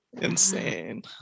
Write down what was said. Insane